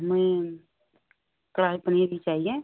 हमें कढ़ाई पनीर ही चाहिए